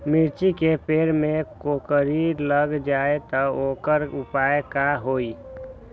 मिर्ची के पेड़ में कोकरी लग जाये त वोकर उपाय का होई?